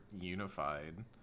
unified